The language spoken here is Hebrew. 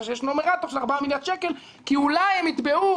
שיש נומרטור שזה ארבעה מיליארד שקל כי אולי הם יתבעו.